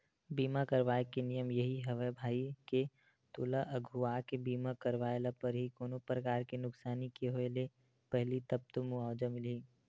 बीमा करवाय के नियम यही हवय भई के तोला अघुवाके बीमा करवाय ल परही कोनो परकार के नुकसानी के होय ले पहिली तब तो मुवाजा मिलही